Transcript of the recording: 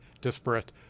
disparate